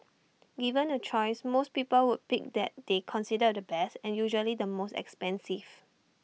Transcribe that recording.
given A choice most people would pick that they consider the best and usually the most expensive